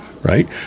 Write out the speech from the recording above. right